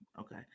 Okay